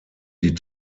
die